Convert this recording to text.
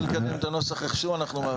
אם נקדם את הנוסח איכשהו, אנחנו בעד.